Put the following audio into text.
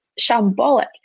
shambolic